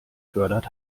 fördert